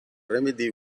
remedy